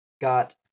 got